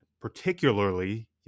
particularly